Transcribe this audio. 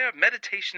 meditation